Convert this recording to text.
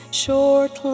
short